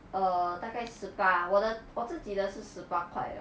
err 大概十八我的我自己的是十八块 lah